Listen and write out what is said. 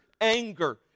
anger